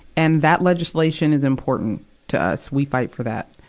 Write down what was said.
and that legislation is important to us we fight for that.